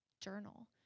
journal